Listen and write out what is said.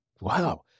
wow